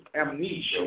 amnesia